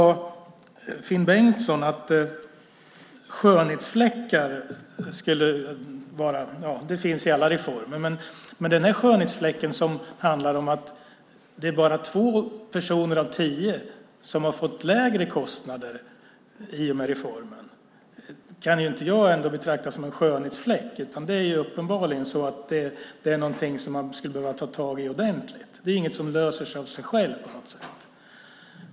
Finn Bengtsson sade att det finns skönhetsfläckar i alla reformer. Men den skönhetsfläck som handlar om att det bara är två personer av tio som har fått lägre kostnader i och med reformen kan jag inte betrakta som just en skönhetsfläck, utan det är uppenbart att det är någonting som man skulle behöva ta tag i ordentligt. Det är ingenting som löser sig av sig självt.